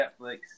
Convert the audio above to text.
Netflix